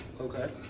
Okay